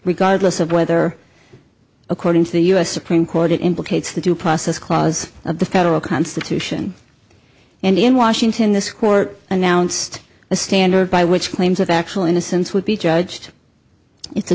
regardless of whether according to the u s supreme court it implicates the due process clause of the federal constitution and in washington this court announced a standard by which claims of actual innocence would be judged it's a